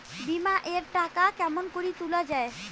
বিমা এর টাকা কেমন করি তুলা য়ায়?